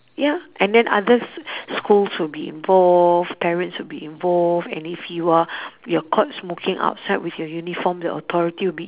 ya and then others schools will be involved parents will be involved and if you are you're caught smoking outside with your uniform the authority will be